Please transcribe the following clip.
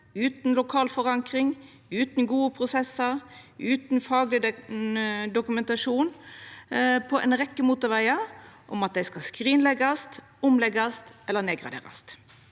utan lokal forankring, utan gode prosessar, utan fagleg dokumentasjon – på ei rekkje motorvegar, om at dei skal skrinleggjast, leggjast om eller graderast